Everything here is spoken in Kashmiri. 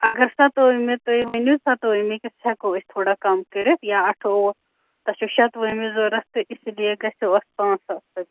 اگر سَتووُہمہِ تُہۍ ؤنِو سَتووُہمہِ کِس ہیکو أسۍ تھوڑا کَم کٔرِتھ یا اَٹھووُہ تۄہہِ چھُو شَتوُہِمہِ ضوٚرَتھ تہٕ اسی لیے گژھیو اَتھ پانٛژھ ساس رۄپیہِ